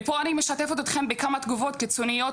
מפה אני משתפת אתכם בכמה תגובות קיצוניות,